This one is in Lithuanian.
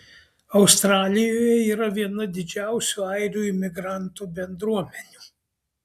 australijoje yra viena didžiausių airių imigrantų bendruomenių